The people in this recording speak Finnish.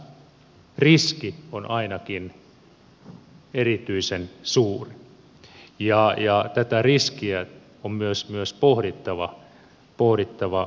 tämä riski on ainakin erityisen suuri ja tätä riskiä on myös pohdittava vakavasti